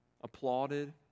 applauded